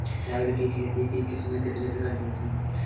चावल की खेती की किस्में कितने प्रकार की होती हैं?